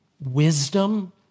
wisdom